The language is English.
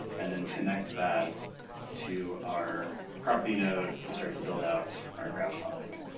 and then connect that to our property node to start to build out our graph model here.